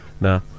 No